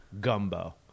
gumbo